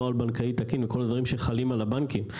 נוהל בנקאי תקין וכל הדברים שחלים על הבנקים.